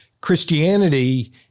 Christianity